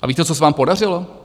A víte, co se vám podařilo?